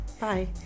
Bye